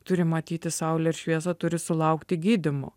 turi matyti saulę ir šviesą turi sulaukti gydymo